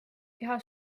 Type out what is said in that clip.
keha